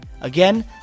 Again